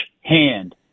hand